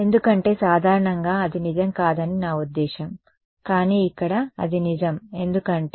ఎందుకంటే సాధారణంగా అది నిజం కాదని నా ఉద్దేశ్యం కానీ ఇక్కడ అది నిజం ఎందుకంటే